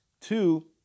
Two